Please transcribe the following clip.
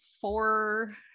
four